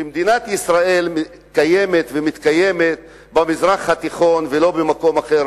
מדינת ישראל קיימת ומתקיימת במזרח התיכון ולא במקום אחר,